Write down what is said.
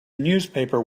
newspaper